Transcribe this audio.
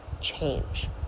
change